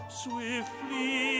swiftly